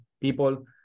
people